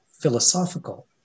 philosophical